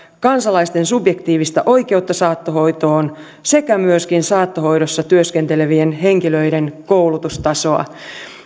kansalaisten subjektiivista oikeutta saattohoitoon sekä myöskin saattohoidossa työskentelevien henkilöiden koulutustasoa